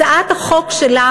הצעת החוק שלך,